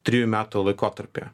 trijų metų laikotarpyje